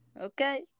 okay